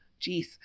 Jeez